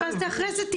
אז אחרי זה,